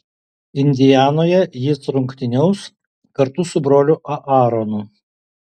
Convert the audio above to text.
indianoje jis rungtyniaus kartu su broliu aaronu